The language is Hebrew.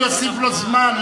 אני אוסיף לו זמן.